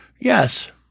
yes